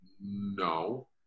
No